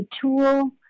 tool